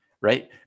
right